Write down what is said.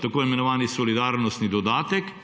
tako imenovani solidarnostni dodatek,